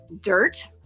dirt